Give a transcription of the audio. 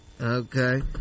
Okay